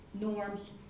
norms